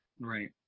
Right